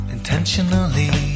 Intentionally